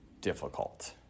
difficult